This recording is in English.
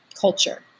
culture